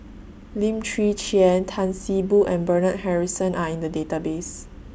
Lim Chwee Chian Tan See Boo and Bernard Harrison Are in The Database